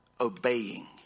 obeying